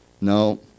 No